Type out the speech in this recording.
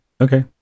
Okay